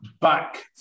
back